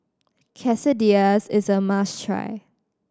Quesadillas is a must try